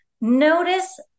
Notice